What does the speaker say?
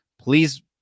please